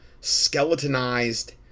skeletonized